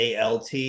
ALT